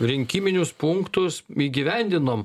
rinkiminius punktus įgyvendinom